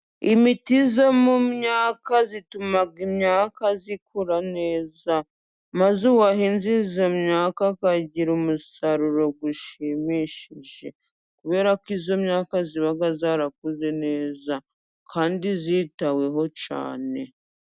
Imiti yo mu myaka ituma imyakaka zikura neza maze uwahinze iyo myaka akagira umusaruro ushimishije kubera ko iyo myaka iba yarakuze neza kandi yitaweho cyane.